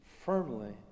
firmly